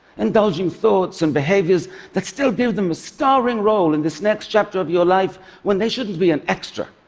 indulging thoughts and behaviors that still give them a starring role in this next chapter of your life when they shouldn't be an extra.